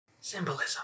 Symbolism